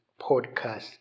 Podcast